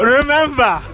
Remember